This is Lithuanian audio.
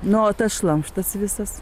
na o tas šlamštas visas